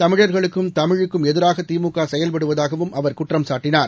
தமிழர்களுக்கும் தமிழுக்கும் எதிராகதிமுகசெயல்படுவதாகவும் அவர் குற்றம் சாட்டினார்